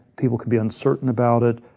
people can be uncertain about it.